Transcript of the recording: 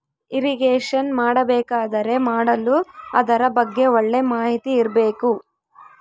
irrigation ಮಾಡಬೇಕಾದರೆ ಮಾಡಲು ಅದರ ಬಗ್ಗೆ ಒಳ್ಳೆ ಮಾಹಿತಿ ಇರ್ಬೇಕು